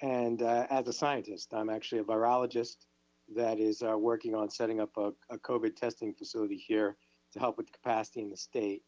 and as a scientist, i'm actually a virologist that is working on setting up a a covid testing facility here to help with the capacity in the state.